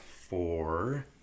four